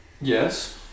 yes